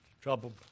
trouble